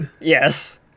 Yes